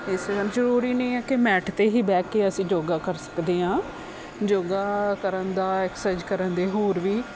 ਜ਼ਰੂਰੀ ਨਹੀਂ ਹੈ ਕਿ ਮੈਟ 'ਤੇ ਹੀ ਬਹਿ ਕੇ ਅਸੀਂ ਯੋਗਾ ਕਰ ਸਕਦੇ ਹਾਂ ਯੋਗਾ ਕਰਨ ਦਾ ਐਕਸਾਈਜ਼ ਕਰਨ ਦੇ ਹੋਰ ਵੀ